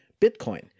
Bitcoin